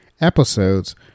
episodes